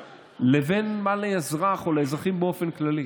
ובין מה לאזרח או לאזרחים באופן כללי,